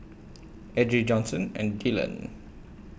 Edrie Johnson and Dyllan